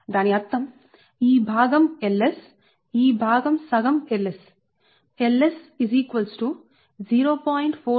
దాని అర్థం ఈ భాగం Ls ఈ భాగం సగం Ls